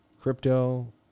Crypto